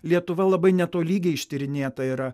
lietuva labai netolygiai ištyrinėta yra